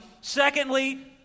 Secondly